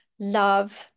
love